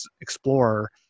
explore